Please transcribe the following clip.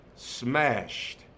smashed